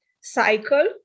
cycle